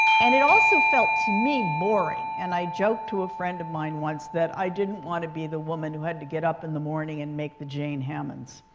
and it also felt to me boring. and i joked to a friend of mine once that i didn't want to be the woman who had to get up in the morning and make the jane hammonds.